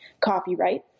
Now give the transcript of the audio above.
copyright